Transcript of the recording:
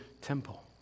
temple